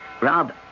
Rob